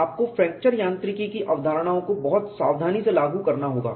आपको फ्रैक्चर यांत्रिकी की अवधारणाओं को बहुत सावधानी से लागू करना होगा